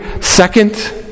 second